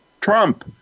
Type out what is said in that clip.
Trump